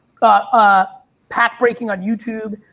ah ah pack breaking on youtube.